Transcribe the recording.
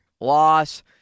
loss